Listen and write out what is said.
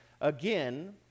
again